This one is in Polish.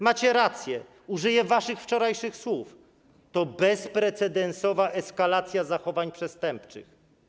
Macie rację, użyję waszych wczorajszych słów: to bezprecedensowa eskalacja zachowań przestępczych.